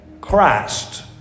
Christ